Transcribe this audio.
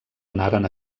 anaren